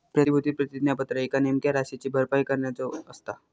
प्रतिभूती प्रतिज्ञापत्र एका नेमक्या राशीची भरपाई करण्याचो असता